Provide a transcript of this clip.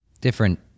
different